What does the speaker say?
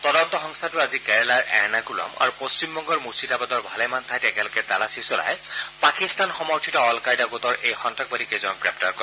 তদন্ত সংস্থাটোৱে আজি কেৰালাৰ এৰনাকুলম আৰু পশ্চিম বংগৰ মুৰ্ছিদাবাদৰ ভালেমান ঠাইত একেলগে তালাচী চলাই পাকিস্তান সমৰ্থিত অল কায়দা গোটৰ এই সন্নাসবাদীকেইজনক গ্ৰেপ্তাৰ কৰে